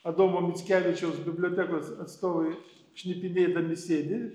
adomo mickevičiaus bibliotekos atstovai šnipinėdami sėdi